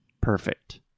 Perfect